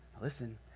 Listen